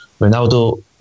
Ronaldo